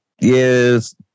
yes